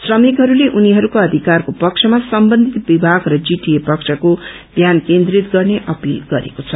श्रमिकहस्ले उनीहरूको अधिकारको पक्षमा सम्बन्धित विभाग र जीटीए पक्षको ध्यान केन्द्रीत गर्ने अपील गरेको छ